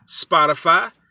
Spotify